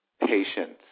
patience